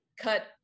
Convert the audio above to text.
cut